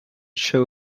show